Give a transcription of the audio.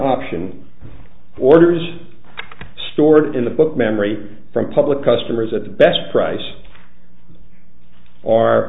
option orders stored in the book memory from public customers at the best price